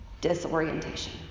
disorientation